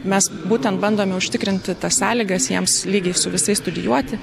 mes būtent bandome užtikrinti tas sąlygas jiems lygiai su visais studijuoti